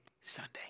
Sunday